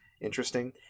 interesting